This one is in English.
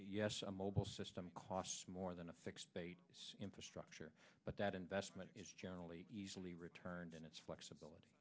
mobile a mobile system costs more than a fixed infrastructure but that investment is generally easily returned and it's flexibility